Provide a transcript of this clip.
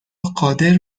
قادر